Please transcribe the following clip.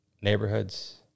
neighborhoods